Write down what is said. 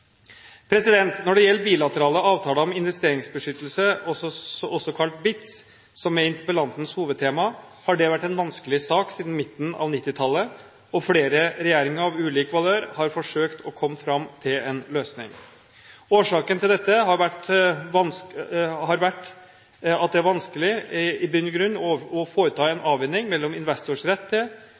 Når det gjelder bilaterale avtaler om investeringsbeskyttelse, også kalt BITs, som er interpellantens hovedtema, har det vært en vanskelig sak siden midten av 1990-tallet, og flere regjeringer av ulike valører har forsøkt å komme fram til en løsning. Årsaken til at dette har vært vanskelig, er at det i bunn og grunn må foretas en avveining mellom investors rett til,